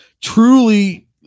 truly